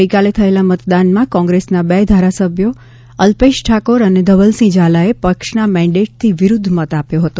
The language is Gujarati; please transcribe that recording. દરમિયાન ગઇકાલે થયેલા મતદાનમાં કોંગ્રેસના બે ધારાસભ્ય અલ્પેશ ઠાકોર અને ધવલસિંહ ઝાલાએ પક્ષના મેન્ડેટથી વિરુદ્ધ મત આપ્યો હતો